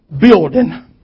building